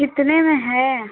कितने में है